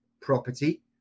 property